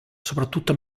soprattutto